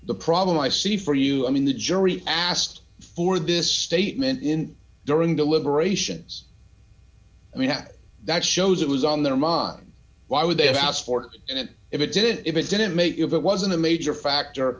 the problem i see for you i mean the jury asked for this statement in during deliberations i mean that that shows it was on their money why would they have asked for and it if it did if it didn't make if it wasn't a major factor